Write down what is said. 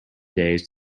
days